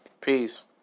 Peace